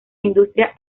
industria